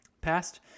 passed